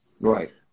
Right